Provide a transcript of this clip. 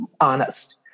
honest